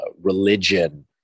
religion